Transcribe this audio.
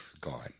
gone